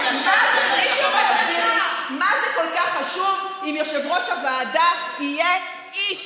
שמישהו יסביר לי מה זה כל כך חשוב אם יושב-ראש הוועדה יהיה איש